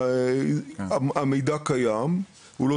המידע קיים הוא לא